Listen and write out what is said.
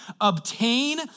obtain